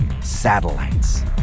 Satellites